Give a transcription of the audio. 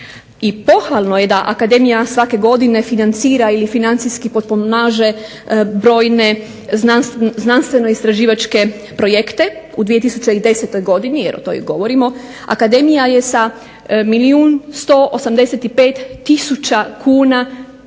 pohvalno je da akademija svake godine financira ili financijski potpomaže brojne znanstveno-istraživačke projekte u 2010.godini jer i o toj govorimo. Akademija je sa milijun